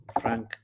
Frank